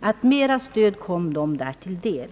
för dessa elever.